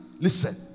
Listen